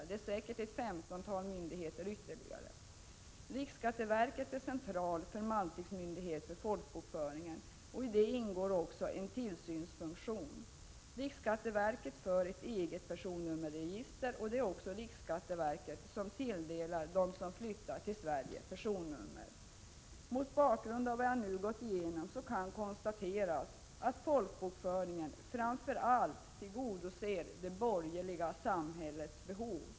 Det är säkert ytterligare ett femtontal myndigheter. Riksskatteverket är central förvaltningsmyndighet för folkbokföringen. I detta ingår också en tillsynsfunktion. Riksskatteverket för ett eget personnummerregister. Det är också riksskatteverket som tilldelar dem som flyttar till Sverige ett personnummer. Mot bakgrund av vad jag nu gått igenom kan konstateras att folkbokföringen framför allt tillgodoser det borgerliga samhällets behov.